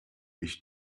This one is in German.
ich